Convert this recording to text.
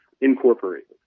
Incorporated